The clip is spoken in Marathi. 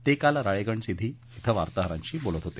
ते काल राळेगणसिद्धी इथं वार्ताहरांशी बोलत होते